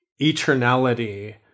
eternality